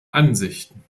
ansichten